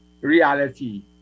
reality